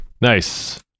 Nice